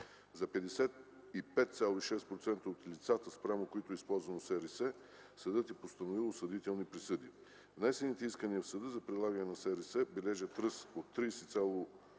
За 55,6% от лицата, спрямо които е използвано СРС, съдът е постановил осъдителни присъди. Внесените искания в съда за прилагане на СРС бележат ръст от 31,4%